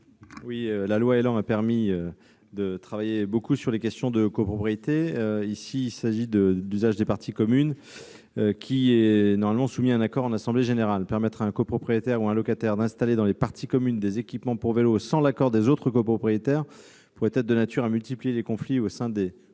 dite loi ÉLAN, a permis de travailler sur les questions relatives aux copropriétés. L'usage des parties communes d'une copropriété est normalement soumis à un accord en assemblée générale. Permettre à un copropriétaire ou à un locataire d'installer dans ces parties communes des équipements pour vélos sans l'accord des autres copropriétaires pourrait être de nature à multiplier les conflits au sein des